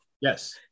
yes